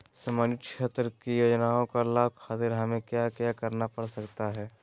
सामाजिक क्षेत्र की योजनाओं का लाभ खातिर हमें क्या क्या करना पड़ सकता है?